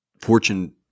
fortune